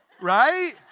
right